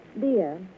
Dear